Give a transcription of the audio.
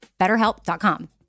BetterHelp.com